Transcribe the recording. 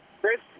Chris